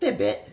that bad